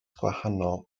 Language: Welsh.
gwahanol